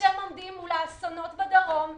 כאשר הם עומדים מול האסונות בדרום ובלבנון.